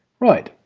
right,